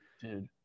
Dude